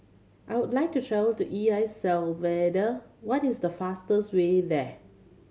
I would like to travel to E L Salvador what is the fastest way there